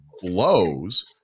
blows